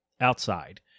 outside